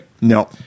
No